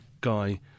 guy